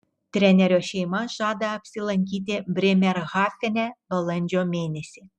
trenerio šeima žada apsilankyti brėmerhafene balandžio mėnesį